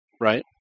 Right